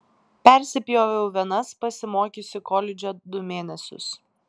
persipjoviau venas pasimokiusi koledže du mėnesius